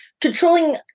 controlling